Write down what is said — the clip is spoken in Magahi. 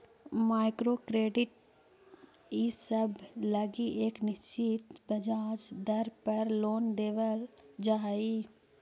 माइक्रो क्रेडिट इसब लगी एक निश्चित ब्याज दर पर लोन देवल जा हई